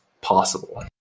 possible